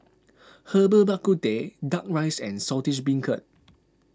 Herbal Bak Ku Teh Duck Rice and Saltish Beancurd